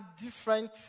different